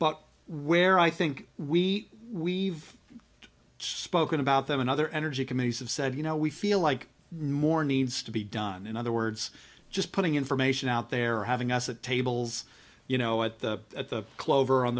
but where i think we we've spoken about them in other energy committees have said you know we feel like needs to be done in other words just putting information out there or having us at tables you know at the at the clover on